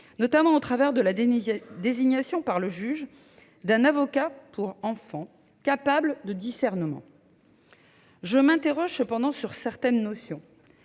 notamment la désignation par le juge d'un avocat pour l'enfant capable de discernement. Je m'interroge cependant sur certaines notions